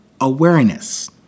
awareness